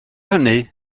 hynny